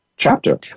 chapter